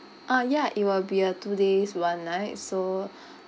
ah ya it will be uh two days one night so